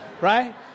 right